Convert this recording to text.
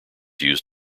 used